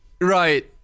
right